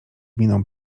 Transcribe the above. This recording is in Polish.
miną